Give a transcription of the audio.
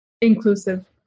inclusive